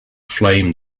flame